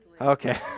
Okay